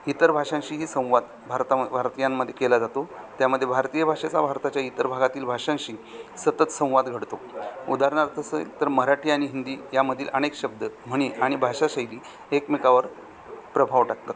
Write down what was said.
इतर भाषांशी ही संवाद भारतामध्ये भारतीयांमध्ये केला जातो त्यामध्ये भारतीय भाषेचा भारताच्या इतर भागातील भाषांशी सतत संवाद घडतो उदाहरणार्थ असेल तर मराठी आणि हिंदी यामधील अनेक शब्द म्हणी आणि भाषाशैली एकमेकावर प्रभाव टाकतात